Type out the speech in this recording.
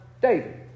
David